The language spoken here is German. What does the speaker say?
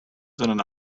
sondern